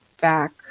back